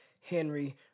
Henry